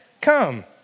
come